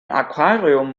aquarium